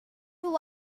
one